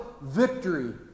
victory